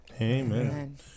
Amen